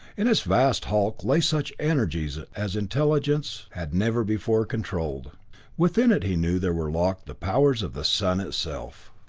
in its vast hulk lay such energies as intelligence had never before controlled within it he knew there were locked the powers of the sun itself.